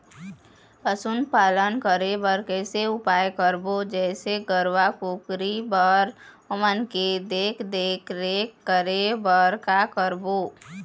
पशुपालन करें बर कैसे उपाय करबो, जैसे गरवा, कुकरी बर ओमन के देख देख रेख करें बर का करबो?